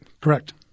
correct